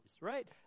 right